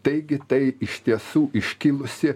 taigi tai iš tiesų iškilusi